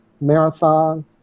marathon